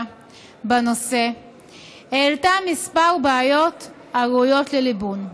בנושא העלתה כמה בעיות הראויות לליבון.